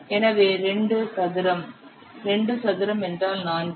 எனவே 2 சதுரம் 2 சதுரம் என்றால் 4